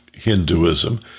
Hinduism